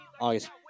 August